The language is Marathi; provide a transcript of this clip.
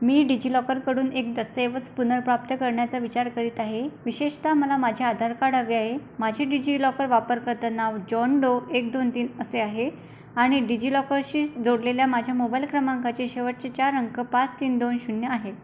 मी डिज्जिलॉकरकडून एक दस्तऐवज पुनर्प्राप्त करण्याचा विचार करीत आहे विशेषतः मला माझे आधार कार्ड हवे आहे माझे डिज्जिलॉकर वापरकर्तानाव जॉन डो एक दोन तीन असे आहे आणि डिजिलॉकरशीच जोडलेल्या माझ्या मोबाइल क्रमांकाचे शेवटचे चार अंक पाच तीन दोन शून्य आहे